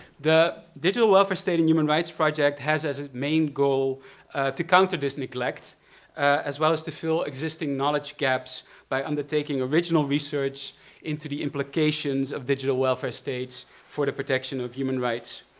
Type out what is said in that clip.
the digital welfare state and human rights project has as its main goal to counter this neglect as well as to fill existing knowledge gaps by undertaking original research into the implications of digital welfare states for the protection of human rights.